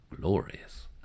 glorious